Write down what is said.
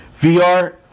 VR